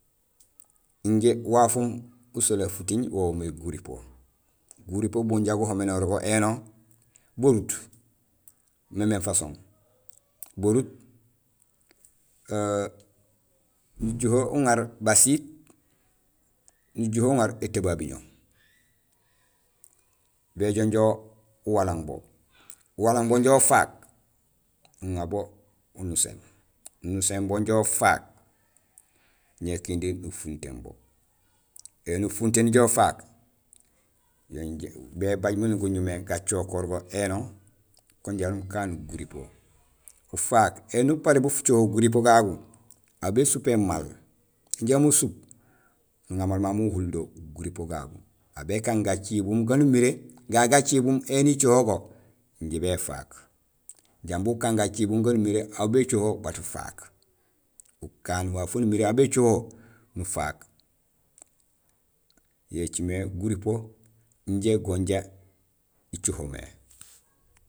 Injé wafoom usolee wo woomé guripo. Guripo bu inja guhoménoor go éno, barut, mémééŋ façon. Barut nujuhé uŋaar basiit, nujuhé uŋaar étubabuño. Béjoow inja uwalang bo, uwalang bo inja ufaak, nuŋa bo unusén, nunuséén bo inja ufaak, ñé kindi nufuntéén bo. Éni ufuntéén injo ufaak bébaaj min guñumé gacokoor bo éno kung jaraam kaan guripo. Ufaak éni uparé bu fucoho guripo gagu, aw bésupéén maal i ja musup, naŋa maal mamu uwuhul do guripo gagu, aw békaan gacibum gaan umiré gagé gacibum éni écoho go injé béfaak. Jambi ukaan gacibum gaan umiré aw bécoho go bat ufaak; ukaan waaf waan umiré aw bécoho wo nufaak. Yo écimé guripo injé go inja icoho mé.